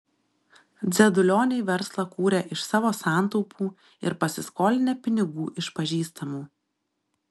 dzedulioniai verslą kūrė iš savo santaupų ir pasiskolinę pinigų iš pažįstamų